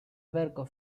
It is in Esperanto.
verko